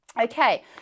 Okay